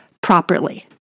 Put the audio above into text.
properly